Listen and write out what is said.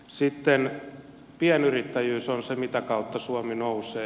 sitten pienyrittäjyys on se mitä kautta suomi nousee